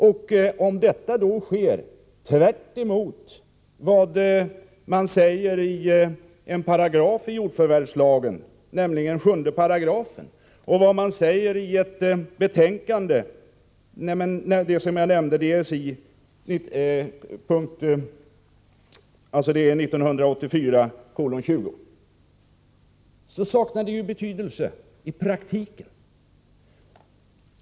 Om nu detta sker tvärtemot vad som sägs i 7§ jordförvärvslagen och vad man säger i rapporten Ds I 1984:20, saknar ju paragrafen betydelse i praktiken.